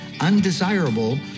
undesirable